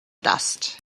dust